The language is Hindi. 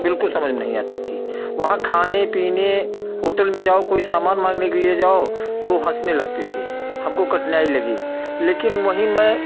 बिल्कुल समझ नहीं आती थी वहाँ खाने पीने होटल में जाओ कोई सामान माँगने के लिए जाओ तो हँसने लगते थे हमको कठिनाई लगी लेकिन वहीं मैं